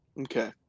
Okay